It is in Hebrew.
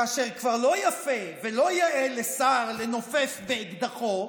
כאשר כבר לא יפה ולא יאה לשר לנופף באקדחו,